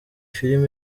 film